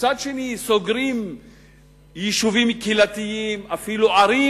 ומצד שני סוגרים יישובים קהילתיים ואפילו ערים,